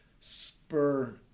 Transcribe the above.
spur